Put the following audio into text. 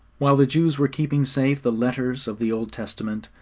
while the jews were keeping safe the letters of the old testament,